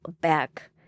back